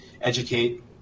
educate